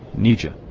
nietzsche.